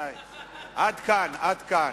עד כאן.